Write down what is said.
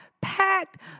packed